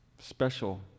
special